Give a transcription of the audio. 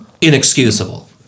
inexcusable